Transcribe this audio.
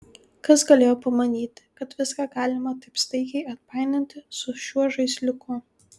kas galėjo pamanyti kad viską galima taip staigiai atpainioti su šiuo žaisliuku